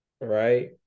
Right